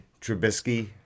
Trubisky